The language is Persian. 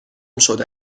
شده